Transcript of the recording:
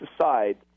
aside